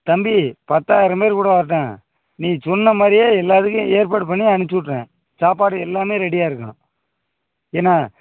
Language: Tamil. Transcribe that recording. தம்பி பத்தாயிரம் பேர்க் கூட வரட்டும் நீ சொன்ன மாதிரியே எல்லா இதுக்கும் ஏற்பாடு பண்ணி அனுச்சு விட்றேன் சாப்பாடு எல்லாமே ரெடியாக இருக்கும் என்ன